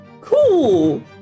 Cool